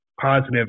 positive